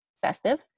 festive